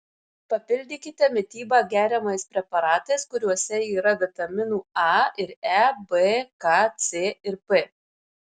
papildykite mitybą geriamais preparatais kuriuose yra vitaminų a ir e b k c ir p